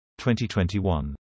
2021